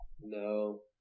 No